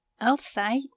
Outside